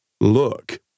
look